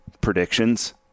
predictions